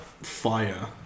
fire